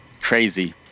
crazy